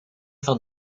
van